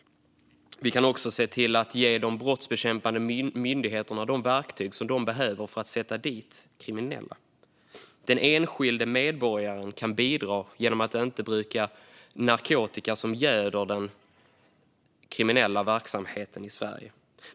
Vi kan också se till att ge de brottsbekämpande myndigheterna de verktyg som de behöver för att sätta dit kriminella. Den enskilde medborgaren kan bidra genom att inte bruka narkotika, som göder den kriminella verksamheten i Sverige.